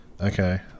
Okay